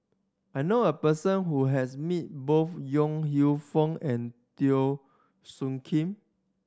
I know a person who has meet both Yong Lew Foong and Teo Soon Kim